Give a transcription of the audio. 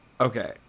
Okay